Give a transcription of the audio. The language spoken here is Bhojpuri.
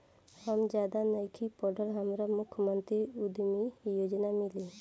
हम ज्यादा नइखिल पढ़ल हमरा मुख्यमंत्री उद्यमी योजना मिली?